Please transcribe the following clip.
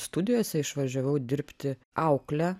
studijose išvažiavau dirbti aukle